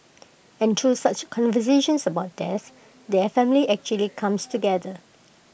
and through such conversations about death the family actually comes together